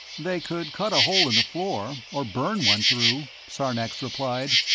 they could cut a hole in the floor, or burn one through, sarnax replied.